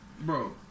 Bro